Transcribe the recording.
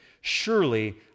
surely